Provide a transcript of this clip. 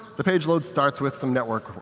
the page load starts with some network